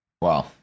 Wow